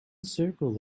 circle